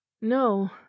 no